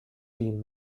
team